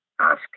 Ask